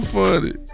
funny